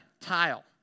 tile